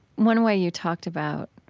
one way you talked about